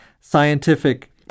scientific